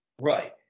Right